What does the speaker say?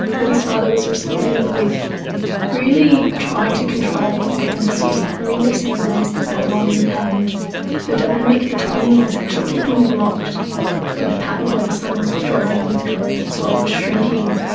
but his father was responding with really trying to control the cannabis use, like really seeing that as the problem. and the dynamic between them was actually keeping them locked in a pattern where the son was withdrawing and withdrawing, his world was shrinking,